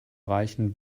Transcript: reichen